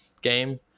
game